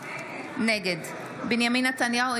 נגד בנימין נתניהו,